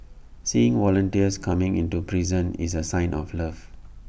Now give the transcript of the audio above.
seeing volunteers coming into prison is A sign of love